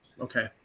Okay